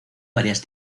varias